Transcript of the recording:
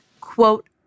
quote